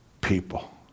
people